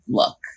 look